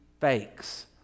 fakes